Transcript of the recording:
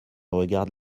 regarde